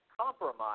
compromise